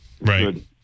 Right